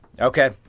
Okay